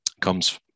comes